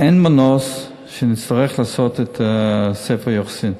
אין מנוס, נצטרך לעשות את ספר היוחסין.